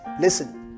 Listen